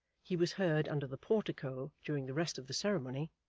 he was heard under the portico, during the rest of the ceremony,